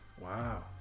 Wow